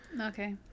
Okay